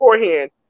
beforehand